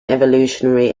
evolutionary